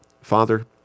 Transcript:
Father